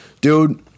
dude